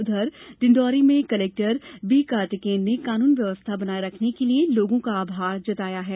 उधर डिण्डौरी में collector B Karthikeyan ने कानून व्यवस्था बनाये रखने के लिए लोगों का आभार व्यक्त किया है